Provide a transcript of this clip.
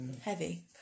Heavy